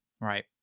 right